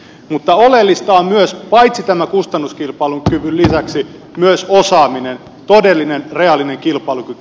mutta oleellista on tämän kustannuskilpailukyvyn lisäksi myös osaaminen todellinen reaalinen kilpailukyky